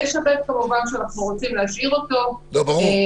9(ב) כמובן שאנחנו רוצים להשאיר אותו כדי